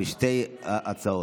בשתי ההצעות.